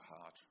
heart